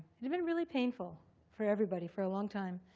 had been really painful for everybody for a long time.